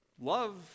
Love